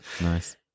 Nice